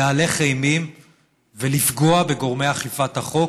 להלך אימים ולפגוע בגורמי אכיפת החוק,